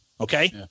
Okay